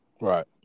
Right